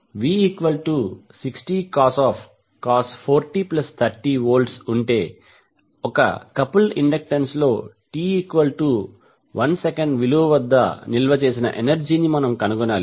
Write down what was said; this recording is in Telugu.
v60cos 4t30 Vఉంటే ఒక కపుల్డ్ ఇండక్టెన్స్ లో t1sవిలువ వద్ద నిల్వ చేసిన ఎనర్జీ ని మనం కనుగొనాలి